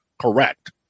Correct